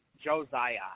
Josiah